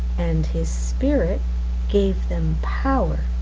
and his spirit gave them power,